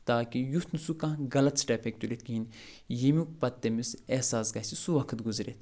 تاکہِ یُتھ نہٕ سُہ کانٛہہ غلط سٕٹٮ۪پ ہٮ۪کہِ تُلِتھ کِہیٖنۍ ییٚمیُک پتہٕ تٔمِس احساس گژھِ سُہ وقت گُزرِتھ